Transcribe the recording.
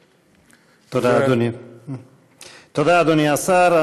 תודה, אדוני השר.